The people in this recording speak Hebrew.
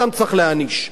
אותם צריך להעניש.